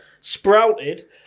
Sprouted